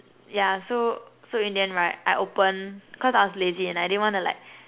yeah so so in the end right I open cause I was lazy and I didn't wanna like